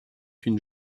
une